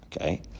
Okay